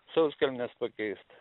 sauskelnes pakeist